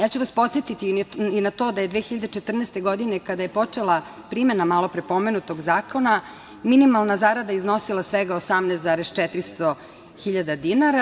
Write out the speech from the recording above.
Ja ću vas podsetiti i na to da je 2014. godine, kada je počela primena malopre pomenutog zakona, minimalna zarada iznosila svega 18.400 dinara.